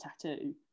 tattoo